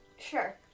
Sure